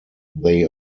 they